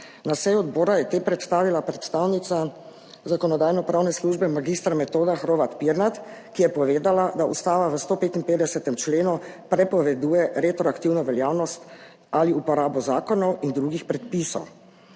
Na seji odbora jih je predstavila predstavnica Zakonodajno-pravne službe, mag. Metoda Hrovat Pirnat, ki je povedala, da Ustava v 155. členu prepoveduje retroaktivno veljavnost ali uporabo zakonov in drugih predpisov.